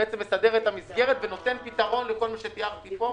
זה בעצם מסדר את המסגרת ונותן פתרון לכל מה שתיארתי פה,